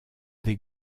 des